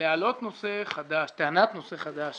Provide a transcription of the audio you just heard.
להעלות טענת נושא חדש